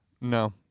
No